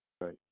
Right